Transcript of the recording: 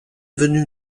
venu